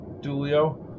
Dulio